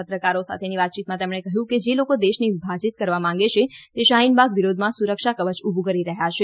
પત્રકારો સાથેની વાતયીતમાં તેમણે કહ્યું કે જે લોકો દેશને વિભાજીત કરવા માંગે છે તે શાહીનબાગ વિરોધમાં સુરક્ષા કવય ઉભું કરી રહ્યાં છે